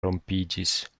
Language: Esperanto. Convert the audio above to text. rompiĝis